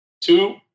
Two